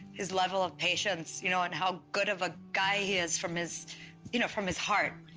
his level of patience, you know and how good of a guy he is from his you know from his heart.